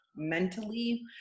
mentally